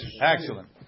Excellent